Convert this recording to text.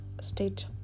state